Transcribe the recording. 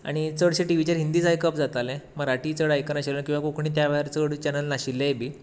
आनी चडशें टिव्हीचेर हिंदीच आयकप जातालें मराठी चड आयकनाशिल्ले किंवा कोंकणी त्या वेळार चड चॅनल नाशिल्लेय बी